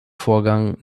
vorgang